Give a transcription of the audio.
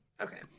Okay